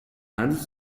هنوز